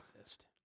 exist